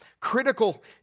critical